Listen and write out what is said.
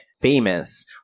famous